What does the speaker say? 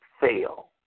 fail